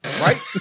Right